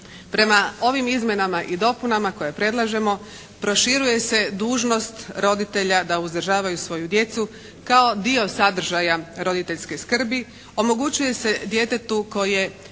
Prema ovim izmjenama i dopunama koje predlažemo proširuje se dužnost roditelja da uzdržavaju svoju djecu kao dio sadržaja roditeljske skrbi, omogućuje se djetetu koje